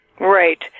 Right